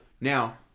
Now